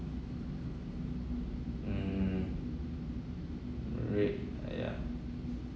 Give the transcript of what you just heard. mm red ya